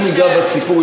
תכף ניגע בסיפור,